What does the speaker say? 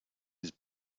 his